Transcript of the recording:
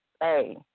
hey